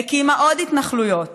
הקימה עוד התנחלויות